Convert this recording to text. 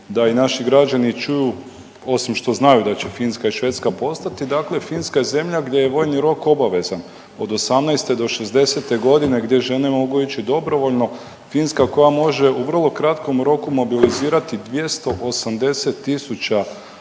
da i naši građani čuju osim što znaju da će Finska i Švedska postati, dakle Finska je zemlja gdje je vojni rok obavezan od 18 do 60 godine, gdje žene mogu ići dobrovoljno. Finska koja može u vrlo kratkom roku mobilizirati 280.000 osoba,